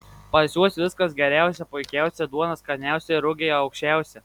pas juos viskas geriausia puikiausia duona skaniausia rugiai aukščiausi